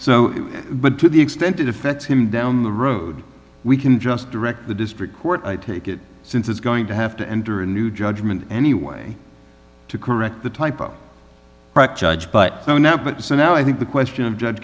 so but to the extent it affects him down the road we can just direct the district court i take it since it's going to have to enter a new judgment anyway to correct the typo judge but no now but so now i think the question of judge